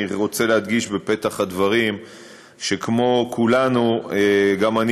אני רוצה להדגיש בפתח הדברים שכמו כולנו גם אני